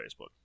Facebook